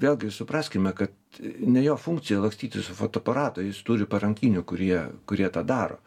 vėlgi supraskime kad ne jo funkcija lakstyti su fotoaparatu jis turi parankinių kurie kurie tą daro